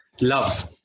love